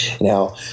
Now